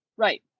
Right